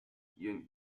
ying